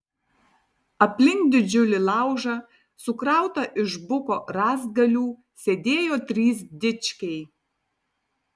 aplink didžiulį laužą sukrautą iš buko rąstgalių sėdėjo trys dičkiai